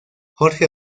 jorge